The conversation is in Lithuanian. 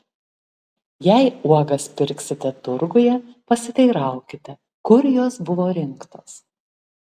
jei uogas pirksite turguje pasiteiraukite kur jos buvo rinktos